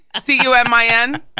C-U-M-I-N